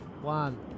one